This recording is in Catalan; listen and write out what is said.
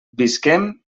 visquem